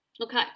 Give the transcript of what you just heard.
Okay